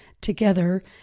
together